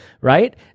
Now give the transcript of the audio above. right